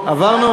הרב זאב,